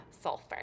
sulfur